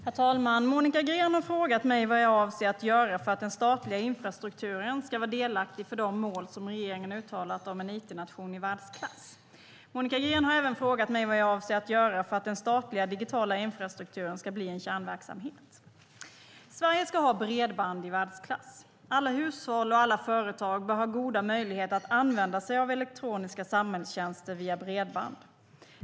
Herr talman! Monica Green har frågat mig vad jag avser att göra för att den statliga infrastrukturen ska vara delaktig i de mål som regeringen uttalat om en it-nation i världsklass. Monica Green har även frågat mig vad jag avser att göra för att den statliga digitala infrastrukturen ska bli en kärnverksamhet. Sverige ska ha bredband i världsklass. Alla hushåll och alla företag bör ha goda möjligheter att använda sig av elektroniska samhällstjänster via bredband.